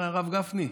הרב גפני?